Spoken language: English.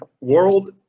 world